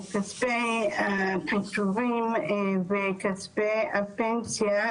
את כספי הפיטורין וכספי הפנסיה,